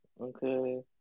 okay